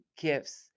gifts